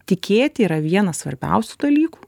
tikėti yra vienas svarbiausių dalykų